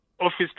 office